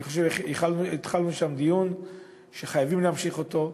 אני חושב שהתחלנו שם דיון שחייבים להמשיך אותו.